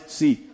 see